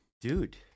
Dude